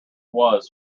was